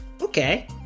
Okay